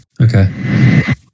okay